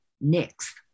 next